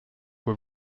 were